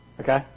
Okay